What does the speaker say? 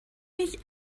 mich